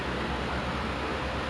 okay like I I retook